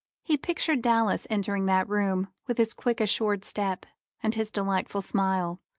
he pictured dallas entering that room with his quick assured step and his delightful smile,